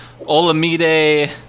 Olamide